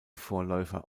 vorläufer